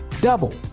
double